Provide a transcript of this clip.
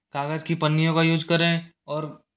कागज़ की पन्नियों का यूज करें और